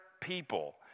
people